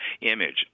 image